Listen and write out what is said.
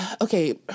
okay